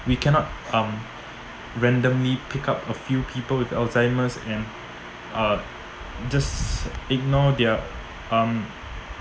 we cannot um randomly pick up a few people with Alzheimer's and uh just ignore their um